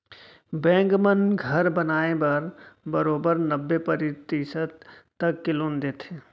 bank मन घर बनाए बर बरोबर नब्बे परतिसत तक के लोन देथे